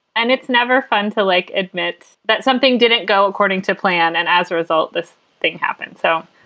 and it's never fun to, like, admit that something didn't go according to plan and as a result, this thing happened. so,